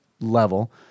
level